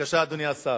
בבקשה, אדוני השר.